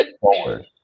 forward